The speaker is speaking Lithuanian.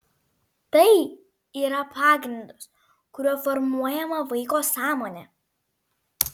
tai yra pagrindas kuriuo formuojama vaiko sąmonė